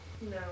No